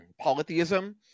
polytheism